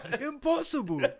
Impossible